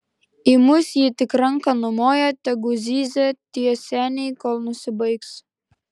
į mus ji tik ranka numoja tegu zyzia tie seniai kol nusibaigs